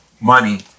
money